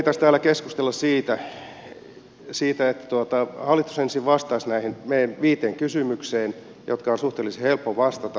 meidän pitäisi täällä keskustella siten että hallitus ensin vastaisi näihin meidän viiteen kysymykseemme joihin on suhteellisen helppo vastata